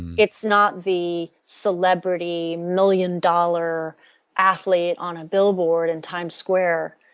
it's not the celebrity, million dollar athlete on a billboard in times square.